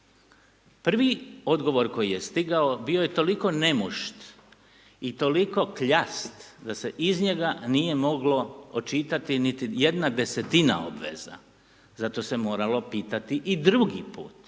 Prvi odgovor koji je stigao bio je toliko nemušt i toliko kljast da se iz njega nije moglo očitati niti jedna desetina obveza, zato se moralo pitati i drugi put